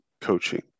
coaching